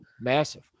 Massive